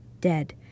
dead